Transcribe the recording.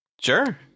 Sure